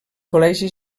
col·legi